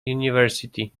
university